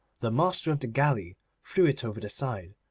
the master of the galley threw it over the side,